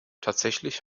tatsächlich